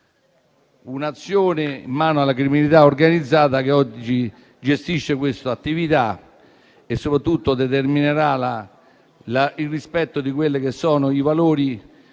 un'azione in mano alla criminalità organizzata, che oggi gestisce questa attività. Soprattutto, determinerà il rispetto di quelli che sono i valori